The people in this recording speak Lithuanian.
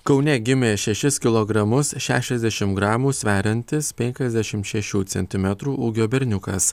kaune gimė šešis kilogramus šešiasdešim gramų sveriantis penkiasdešim šešių centimetrų ūgio berniukas